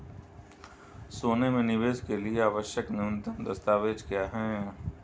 सोने में निवेश के लिए आवश्यक न्यूनतम दस्तावेज़ क्या हैं?